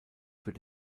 für